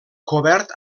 cobert